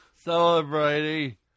Celebrity